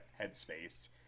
headspace